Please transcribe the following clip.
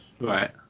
Right